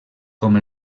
com